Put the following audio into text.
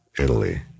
Italy